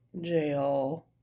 jail